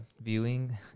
viewing